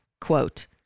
quote